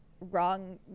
wrong